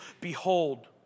behold